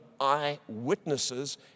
eyewitnesses